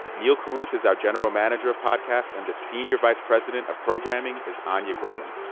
neal carruth is our general manager of podcasts, and the senior vice president of programming is anya grundmann.